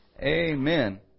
amen